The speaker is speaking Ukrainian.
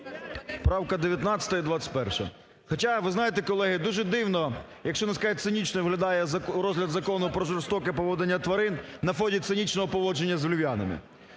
Правка 19 і 21-а. Хоча ви знаєте, колеги, дуже дивно, якщо не сказати, цинічно виглядає розгляд Закону про жорстоке поводження з тваринами на фоні цинічного поводження з львів'янами.